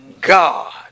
God